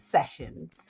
Sessions